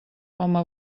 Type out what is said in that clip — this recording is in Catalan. home